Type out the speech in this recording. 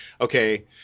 okay